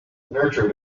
nurture